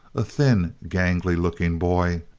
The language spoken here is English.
a thin gangly-looking boy,